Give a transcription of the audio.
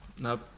Nope